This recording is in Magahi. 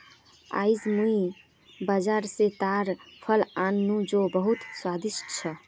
आईज मुई बाजार स ताड़ फल आन नु जो बहुत स्वादिष्ट छ